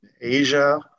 Asia